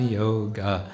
yoga